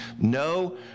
No